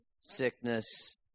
sickness